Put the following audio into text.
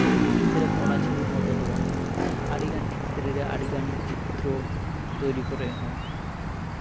ᱥᱤᱨᱟᱹᱯ ᱚᱱᱟ ᱪᱷᱚᱵᱤ ᱢᱚᱛᱚ ᱫᱚ ᱵᱟᱝ ᱟᱹᱰᱤᱜᱟᱱ ᱠᱷᱮᱛᱨᱮ ᱨᱮ ᱟᱹᱰᱤᱜᱟᱱ ᱪᱤᱛᱨᱚ ᱛᱳᱭᱨᱤ ᱠᱚᱨᱮᱜ ᱦᱚᱸ